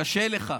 קשה לך.